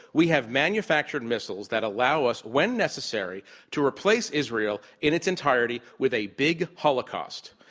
we have manufactured missiles that allow us when necessary to replace israel in its entirety with a big holocaust.